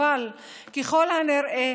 ככל הנראה,